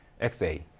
XA